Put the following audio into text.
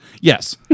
yes